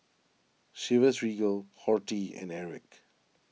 Chivas Regal Horti and Airwick